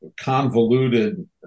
convoluted